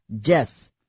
death